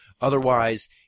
Otherwise